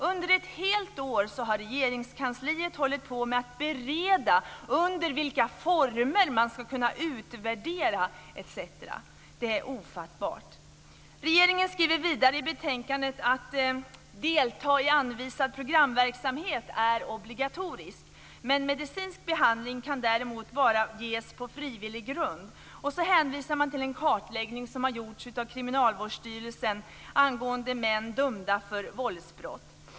Under ett helt år har Regeringskansliet berett under vilka former man ska kunna utvärdera, etc. Det är ofattbart. I betänkandet står det: "Att delta i anvisad programverksamhet är således obligatoriskt. Medicinsk behandling kan däremot endast ges på frivillig grund." Sedan hänvisas till en kartläggning som har gjorts av Kriminalvårdsstyrelsen angående män som har dömts för våldsbrott.